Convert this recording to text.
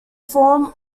form